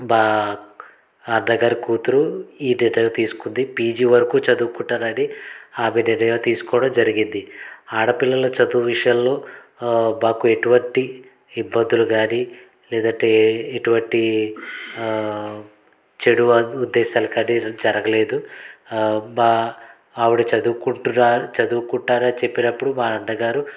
మా అన్నగారి కూతురు ఈ నిర్ణయం తీసుకుంది పీజీ వరకు చదువుకుంటానని ఆమె నిర్ణయం తీసుకోవడం జరిగింది ఆడపిల్లల చదువు విషయంలో మాకు ఎటువంటి ఇబ్బందులు కానీ లేదంటే ఎటువంటి చెడు ఉద్దేశాలు కానీ జరగలేదు మా ఆవిడ చదువుకుంటున్న చదువుకుంటాను అని చెప్పినప్పుడు మా అన్నగారు